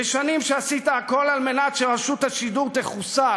ושנים עשית הכול כדי שרשות השידור תחוסל,